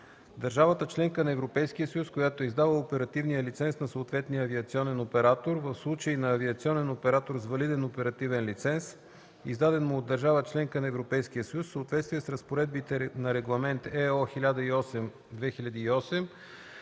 държавата – членка на Европейския съюз, която е издала оперативния лиценз на съответния авиационен оператор – в случай на авиационен оператор с валиден оперативен лиценз, издаден му от държава – членка на Европейския съюз, в съответствие с разпоредбите на Регламент (ЕО) № 1008/2008